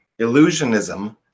Illusionism